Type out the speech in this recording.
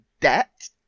debt